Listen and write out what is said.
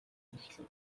эхлэв